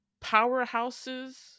powerhouses